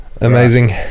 Amazing